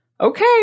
Okay